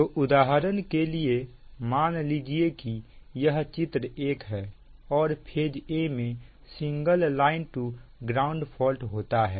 तो उदाहरण के लिए मान लीजिए यह चित्र 1 है और फेज a में single line to ground fault होता है